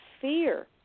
fear